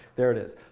there it is.